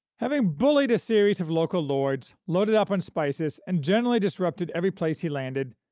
having bullied a series of local lords, loaded up on spices, and generally disrupted every place he landed,